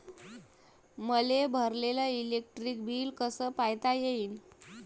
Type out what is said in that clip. मले भरलेल electric bill कस पायता येईन?